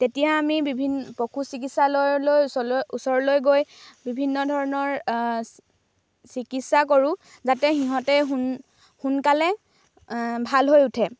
তেতিয়া আমি বিভিন্ন পশু চিকিৎসালয়লৈ ওচৰলৈ গৈ বিভিন্ন ধৰণৰ চিকিৎসা কৰো যাতে সিহঁতে সোনকালে ভাল হৈ উঠে